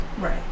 Right